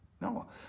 no